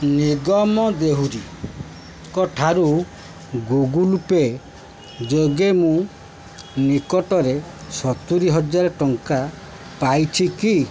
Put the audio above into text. ନିଗମ ଦେହୁରୀଙ୍କ ଠାରୁ ଗୁଗଲ୍ ପେ ଯୋଗେ ମୁଁ ନିକଟରେ ସତୁରୀ ହଜାର ଟଙ୍କା ପାଇଛି କି